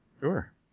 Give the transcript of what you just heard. Sure